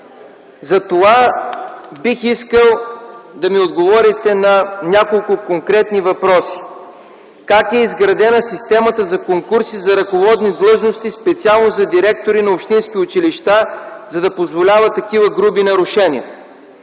Затова бих искал да ми отговорите на няколко конкретни въпроса: Как е изградена системата за конкурси за ръководни длъжности специално за директори на общински училища, за да позволява такива груби нарушения?